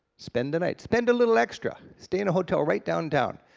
spend the night, spend a little extra, stay in a hotel right downtown,